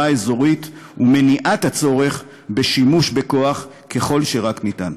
אזורית ומניעת הצורך בשימוש בכוח ככל שרק ניתן.